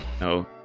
No